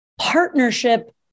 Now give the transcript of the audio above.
partnership